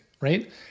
right